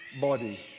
body